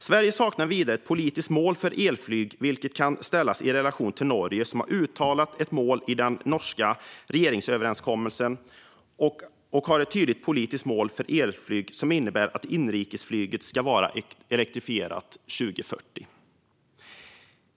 Sverige saknar vidare ett politiskt mål för elflyg, vilket kan ställas i relation till Norge som har ett uttalat mål i den norska regeringsöverenskommelsen. Det finns ett tydligt politiskt mål för elflyg, som innebär att inrikesflyget ska vara elektrifierat 2040.